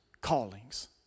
callings